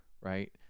right